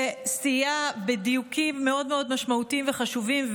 שסייעה בדיוקים מאוד מאוד משמעותיים וחשובים,